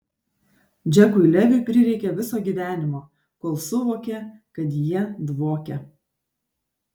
džekui leviui prireikė viso gyvenimo kol suvokė kad jie dvokia